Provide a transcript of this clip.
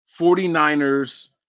49ers